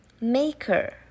maker